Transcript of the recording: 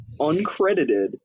uncredited